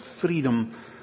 freedom